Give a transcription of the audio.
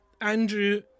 Andrew